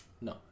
No